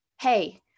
Hey